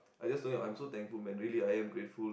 I just told him I'm so thankful man really I'm so grateful